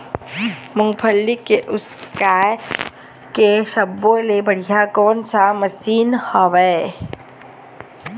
मूंगफली के उसकाय के सब्बो ले बढ़िया कोन सा मशीन हेवय?